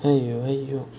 !aiyo! !aiyo!